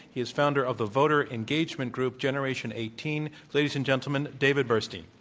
he is founder of the voter engagement group, generation eighteen. ladies and gentlemen, david burstein.